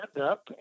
up